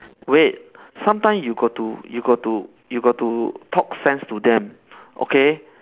wait sometimes you got to you got to you got to talk sense to them okay